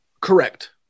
Correct